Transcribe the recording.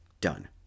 Done